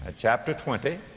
ah chapter twenty.